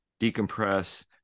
decompress